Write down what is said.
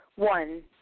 One